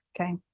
okay